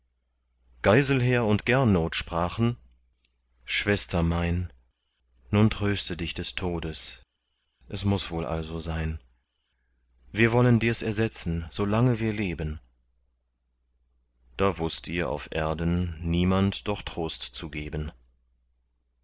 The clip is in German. geiselher und gernot sprachen schwester mein nun tröste dich des todes es muß wohl also sein wir wollen dirs ersetzen so lange wir leben da wußt ihr auf erden niemand doch trost zu geben